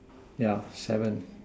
yeah seven